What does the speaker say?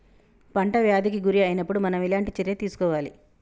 పంట వ్యాధి కి గురి అయినపుడు మనం ఎలాంటి చర్య తీసుకోవాలి?